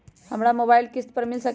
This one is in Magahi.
हमरा मोबाइल किस्त पर मिल सकेला?